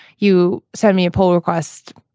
you send me a pull request.